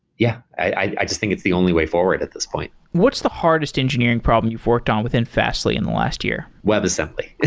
yeah. i just think it's the only way forward at this point what's the hardest engineering problem you've worked on within fastly in the last year? webassembly.